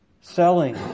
selling